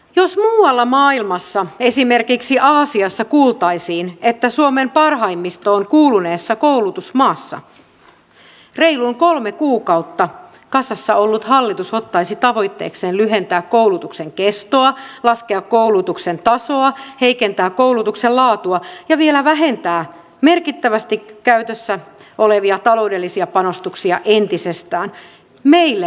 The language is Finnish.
jos muualla maailmassa esimerkiksi aasiassa kuultaisiin että suomen parhaimmistoon kuuluneessa koulutusmaassa reilun kolme kuukautta kasassa ollut hallitus ottaisi tavoitteekseen lyhentää koulutuksen kestoa laskea koulutuksen tasoa heikentää koulutuksen laatua ja vielä vähentää merkittävästi käytössä olevia taloudellisia panostuksia entisestään meille naurettaisiin